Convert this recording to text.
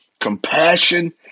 Compassion